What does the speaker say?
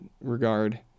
regard